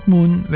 Moon